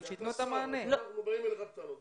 כמי שעסק בזה לא מעט זמן בכנסת הבעיה של התארים,